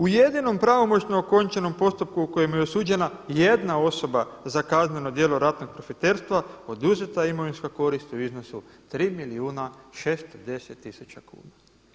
U jedinom pravomoćno okončanom postupku u kojemu je osuđena jedna osoba za kazneno djelo ratnog profiterstva oduzeta imovinska korist u iznosu 3 milijuna 610 tisuća kuna.